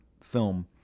film